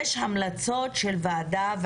יש המלצות של ועדה,